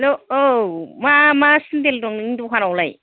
हेल' औ मा मा सेन्देल दं नोंनि दखानावलाय